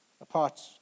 apart